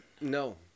No